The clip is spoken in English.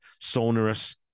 sonorous